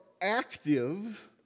active